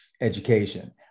education